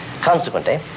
Consequently